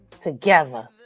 together